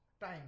time